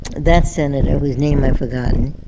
that senator, whose name i've forgotten,